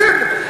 בסדר.